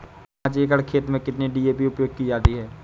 पाँच एकड़ खेत में कितनी डी.ए.पी उपयोग की जाती है?